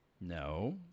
no